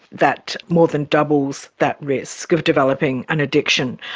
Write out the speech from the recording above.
that more than doubles that risk of developing an addiction.